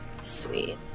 Sweet